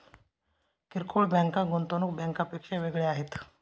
किरकोळ बँका गुंतवणूक बँकांपेक्षा वेगळ्या आहेत